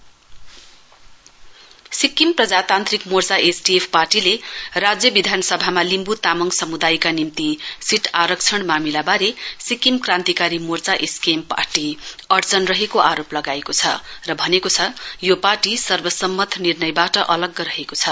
SDF Sikkim प्रजातान्त्रिक मोर्चा SDF पार्टीले राज्य विधानसभामा लिम्ब् तामङ सम्दायका निम्ति सीट आरक्षण मामिलाबारे सिक्किम क्रान्तिकारी मोर्चा एसकेएम पार्टी अइचन भएको आरोप लगाएको छ र भनेको छ यो पार्टी सर्वसम्मत निर्णयबाट अलग्ग रहेको छ